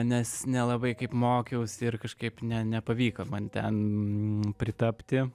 nes nelabai kaip mokiausi ir kažkaip ne nepavyko man ten pritapti